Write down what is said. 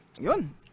yun